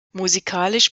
musikalisch